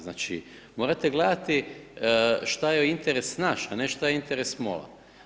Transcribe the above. Znači morate gledati šta je interes naš a ne šta je interes MOL-a.